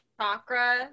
chakra